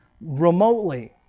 remotely